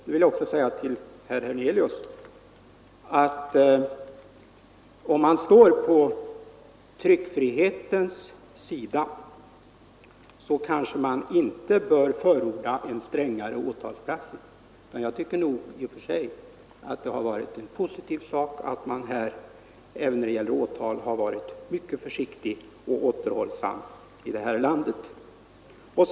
Jag vill säga till herr Hernelius att om man står på tryckfrihetens sida kanske man inte bör förorda en strängare åtalspraxis. Jag tycker nog att det har inneburit en positiv sak att man har varit mycket försiktig och återhållsam med åtal i detta land.